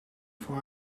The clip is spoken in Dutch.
voor